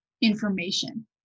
information